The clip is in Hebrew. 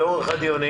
ומה אורך הדיונים.